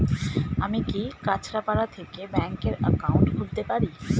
আমি কি কাছরাপাড়া থেকে ব্যাংকের একাউন্ট খুলতে পারি?